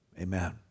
amen